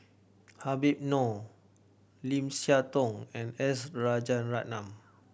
Habib Noh Lim Siah Tong and S Rajaratnam